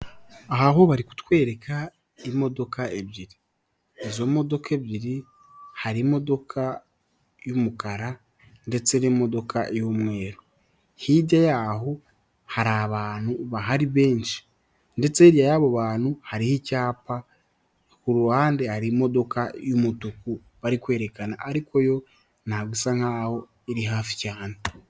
Aha ho bari kutwereka imodoka ebyiri, izo modoka ebyiri hari imodoka y'umukara ndetse n'imodoka y'umweru, hirya y'aho hari abantu bahari benshi, ndetse hirya y'abo bantu hariho icyapa, ku ruhande hari imodoka y'umutuku bari kwerekana ariko yo ntabwo isa nkaho iri hafi cyane.